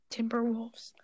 Timberwolves